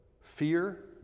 fear